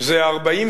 זה יותר מ-30